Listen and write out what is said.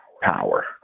power